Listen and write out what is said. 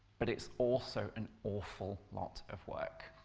but it's also an awful lot of work.